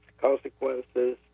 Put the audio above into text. consequences